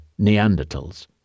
Neanderthals